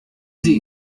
sie